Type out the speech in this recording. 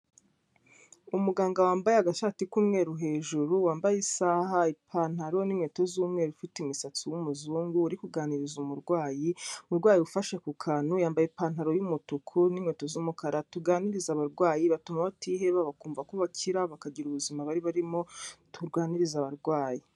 Umuganga wambaye agashati k'umweru hejuru, wambaye isaha ipantaro n'inkweto z'umweru ufite imisatsi w'umuzungu uri kuganiriza umurwayi, umurwayi ufashe ku kantu, yambaye ipantaro yumutuku n'inkweto z'umukara tuganiriza abarwayi batuma batiheba bakumva ko bakira bakagira ubuzima bari barimo tuganirize abarwayi.